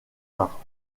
arts